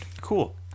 Cool